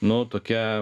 nu tokia